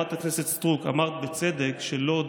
חברת הכנסת סטרוק, אמרת בצדק שלוד,